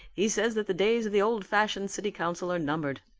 he says that the days of the old-fashioned city council are numbered.